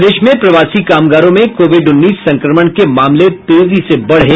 प्रदेश में प्रवासी कामगारों में कोविड उन्नीस संक्रमण के मामले तेजी से बढ़े